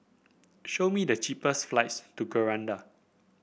show me the cheapest flights to Grenada